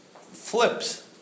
flips